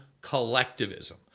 collectivism